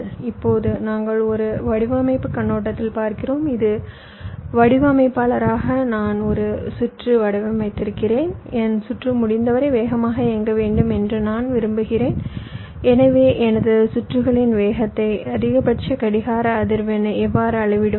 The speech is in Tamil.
இப்போது நாங்கள் ஒரு வடிவமைப்புக் கண்ணோட்டத்தில் பார்க்கிறோம் ஒரு வடிவமைப்பாளராக நான் ஒரு சுற்று வடிவமைத்திருக்கிறேன் என் சுற்று முடிந்தவரை வேகமாக இயங்க வேண்டும் என்று நான் விரும்புகிறேன் எனவே எனது சுற்றுகளின் வேகத்தை அதிகபட்ச கடிகார அதிர்வெண்ணை எவ்வாறு அளவிடுவது